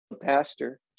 pastor